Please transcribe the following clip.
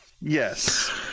yes